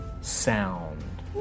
sound